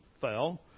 fell